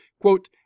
Quote